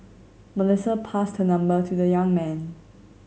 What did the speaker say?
Melissa passed her number to the young man